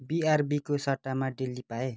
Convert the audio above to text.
बिआरबीको सट्टामा डेली पाएँ